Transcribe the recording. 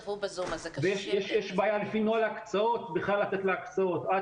יש בעיה לפי נוהל ההקצאות בכלל לתת לה הקצאות עד